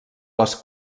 les